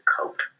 cope